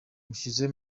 nashyize